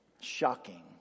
Shocking